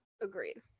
agreed